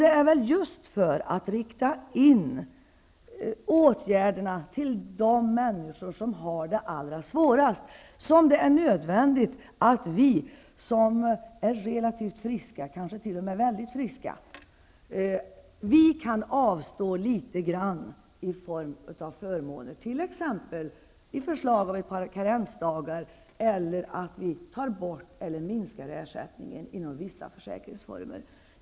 Det är väl just för att rikta in åtgärderna på de människor som har det allra svårast som det är nödvändigt att vi som är relativt friska -- ja, kanske t.o.m. väldigt friska -- kan avstå litet grand. Det gäller då förmåner t.ex. i form av förslag om ett par karensdagar eller om borttagen eller minskad ersättning i fråga om vissa försäkringsformer.